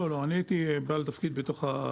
לא, לא, אני הייתי בעל תפקיד בחברה.